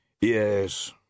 Yes